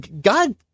God